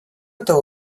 этого